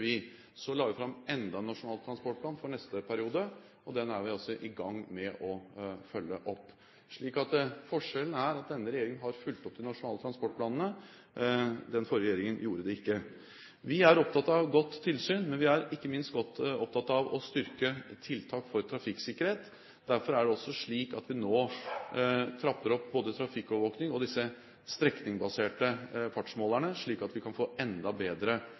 vi. Så la vi fram enda en nasjonal transportplan for neste periode, og den er vi i gang med å følge opp. Så forskjellen er at denne regjeringen har fulgt opp de nasjonale transportplanene. Den forrige regjeringen gjorde det ikke. Vi er opptatt av et godt tilsyn, men vi er ikke minst opptatt av å styrke tiltak for trafikksikkerhet. Derfor trapper vi nå opp både trafikkovervåkning og de strekningsbaserte fartsmålerne, slik at vi kan få enda bedre